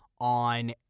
on